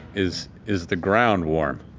is is the ground warm?